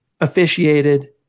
officiated